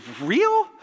real